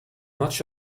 much